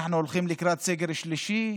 אנחנו הולכים לקראת סגר שלישי,